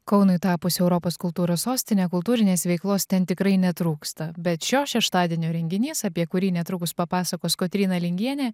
kaunui tapus europos kultūros sostine kultūrinės veiklos ten tikrai netrūksta bet šio šeštadienio renginys apie kurį netrukus papasakos kotryna lingienė